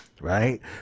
right